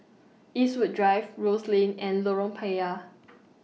Eastwood Drive Rose Lane and Lorong Payah